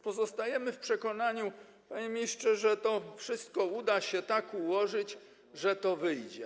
Pozostajemy w przekonaniu, panie ministrze, że to wszystko uda się tak ułożyć, że to wyjdzie.